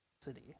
city